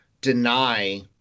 deny